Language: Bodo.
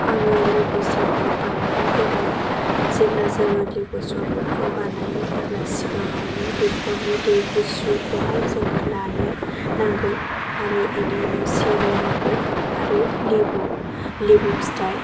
आङो लेबु सरबत बानायनो गोरों जेब्ला जोङो लेबु सरबतखौ बानायो अब्ला सिगाङावनो दैखरनि दै गुसुखौहाय जोङो लानो नांगोन आरो बेनि उनाव सिनि नांगोन आरो लिबु लिबु फिथाइ